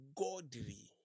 godly